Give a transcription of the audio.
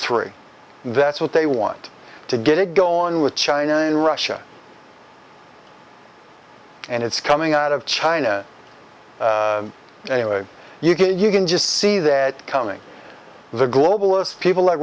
three that's what they want to get it go on with china and russia and it's coming out of china you can you can just see that coming the globalist people like